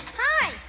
Hi